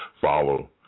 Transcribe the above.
follow